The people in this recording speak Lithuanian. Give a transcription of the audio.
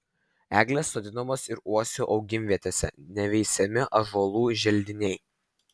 eglės sodinamos ir uosių augimvietėse neveisiami ąžuolų želdiniai